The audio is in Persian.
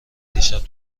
دیشب